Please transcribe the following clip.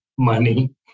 Money